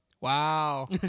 wow